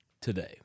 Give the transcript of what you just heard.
Today